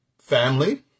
family